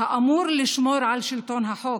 האמור לשמור על שלטון החוק